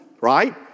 Right